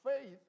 faith